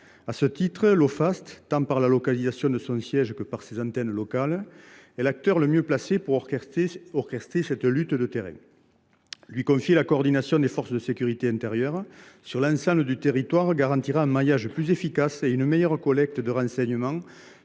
À ce titre, l’Ofast, tant par la localisation de son siège que par ses antennes locales, est l’acteur le mieux placé pour orchestrer cette lutte de terrain. Lui confier la coordination des forces de sécurité intérieure sur l’ensemble du territoire garantira un maillage plus efficace et une meilleure collecte de renseignements